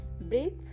break